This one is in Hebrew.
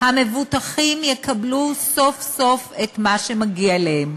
המבוטחים יקבלו סוף-סוף את מה שמגיע להם.